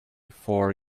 four